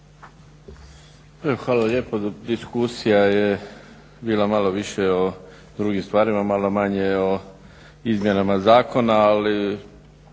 Hvala lijepo. Diskusija je bila malo više o drugim stvarima, malo manje o izmjenama zakona ali